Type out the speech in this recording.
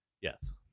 Yes